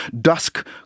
Dusk